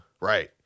Right